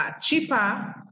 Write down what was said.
cheaper